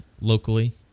locally